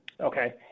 Okay